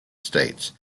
states